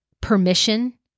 permission